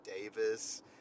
Davis